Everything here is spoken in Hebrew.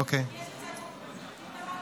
מה עמדת ועדת השרים.